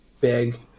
big